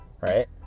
right